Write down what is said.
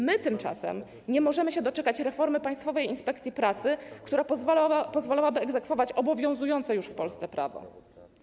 My tymczasem nie możemy się doczekać reformy Państwowej Inspekcji Pracy, która pozwalałaby egzekwować obowiązujące już w Polsce prawo.